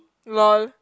lol